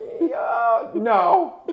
no